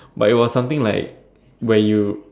but it was something like where you